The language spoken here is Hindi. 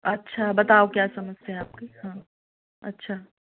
अच्छा बताओ क्या समस्या है आपकी हाँ आपकी अच्छा